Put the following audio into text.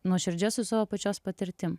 nuoširdžia su savo pačios patirtim